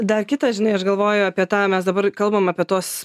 dar kitą žinai aš galvoju apie tą mes dabar kalbam apie tos